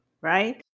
right